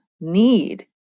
need